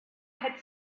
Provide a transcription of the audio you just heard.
had